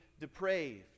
depraved